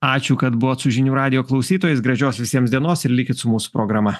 ačiū kad buvot su žinių radijo klausytojais gražios visiems dienos ir likit su mūsų programa